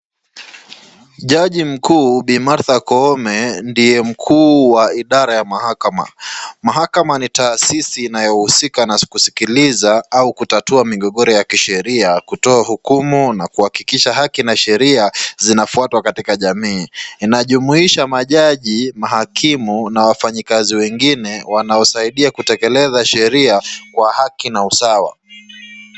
Jaji mkuu bi. Martha koome ndiye mkuu wa idhara ya mahakama, mahakama ni tahasisi Inayo husika kusikiliza au kutatua migogoro ya kisheria kutoa hukumu na kutoa haki na sheria zinafuatwa katika jamii, inajumuisha majaji, mahakimu na wafanyikazi wengine wanosaidia kutekeleza sheria Kwa haki na usawa